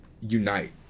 unite